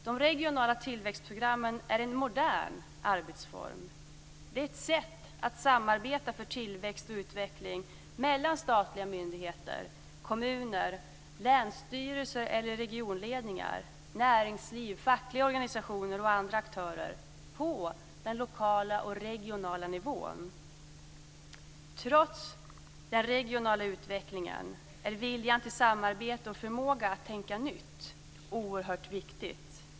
De regionala tillväxtprogrammen är en modern arbetsform. Det är ett sätt att samarbeta för tillväxt och utveckling mellan statliga myndigheter, kommuner, länsstyrelser eller regionledningar, näringsliv, fackliga organisationer och andra aktörer på den lokala och regionala nivån. Trots den regionala utvecklingen är viljan till samarbete och förmågan att tänka nytt oerhört viktiga.